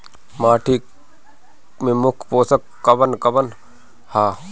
माटी में मुख्य पोषक कवन कवन ह?